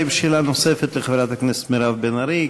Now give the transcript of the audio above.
האם יש שאלה נוספת לחברת הכנסת מירב בן ארי?